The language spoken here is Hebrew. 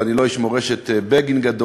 ואני לא איש מורשת בגין גדול,